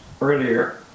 earlier